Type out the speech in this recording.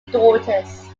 daughters